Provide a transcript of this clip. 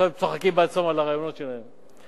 בסוף הם צוחקים בעצמם על הרעיונות שלהם.